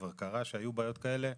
וכבר קרה שהיו בעיות כאלה,